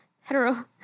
Hetero